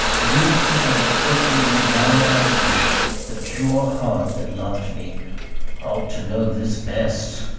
guilty of infecting with my anguish the pure heart that loved me ought to know this best!